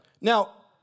Now